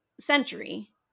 century